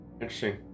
Interesting